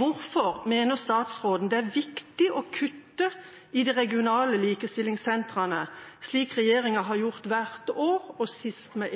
Hvorfor mener statsråden det er viktig å kutte i de regionale likestillingssentrene, slik regjeringa har gjort hvert år, sist med